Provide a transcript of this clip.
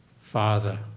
Father